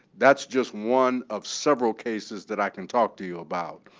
that's just one of several cases that i can talk to you about.